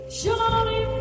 surely